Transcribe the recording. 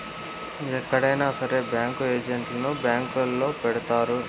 ఎక్కడైనా సరే బ్యాంకు ఏజెంట్లను బ్యాంకొల్లే పెడతారు